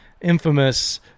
infamous